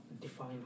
define